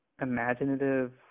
imaginative